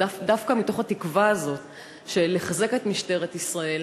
ודווקא מתוך התקווה הזאת של לחזק את משטרת ישראל,